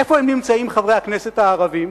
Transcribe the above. איפה נמצאים חברי הכנסת הערבים?